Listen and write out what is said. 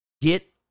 get